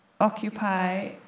occupy